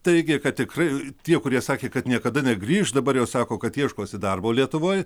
teigia kad tikrai tie kurie sakė kad niekada negrįš dabar jau sako kad ieškosi darbo lietuvoj